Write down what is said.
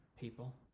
people